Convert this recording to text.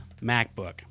MacBook